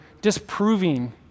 disproving